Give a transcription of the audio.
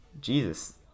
Jesus